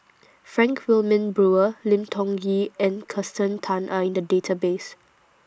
Frank Wilmin Brewer Lim Tiong Ghee and Kirsten Tan Are in The Database